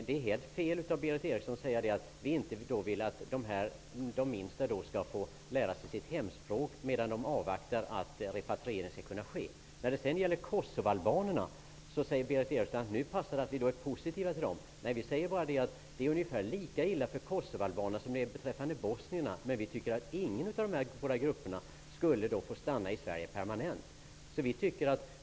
Det är helt fel av Berith Eriksson att påstå att vi i Ny demokrati inte vill att de små barnen skall få lära sig sitt hemspråk i avvaktan på repatriering. Vad gäller kosovoalbanerna säger Berith Eriksson att det nu passar sig för oss i Ny demokrati att visa oss positiva till dem. Men vi säger bara att det är ungefär lika illa för kosovoalbanerna som för bosnierna. Vi anser att ingen av dessa båda grupper skall få stanna i Sverige permanent.